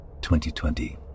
2020